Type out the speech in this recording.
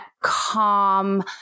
calm